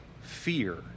fear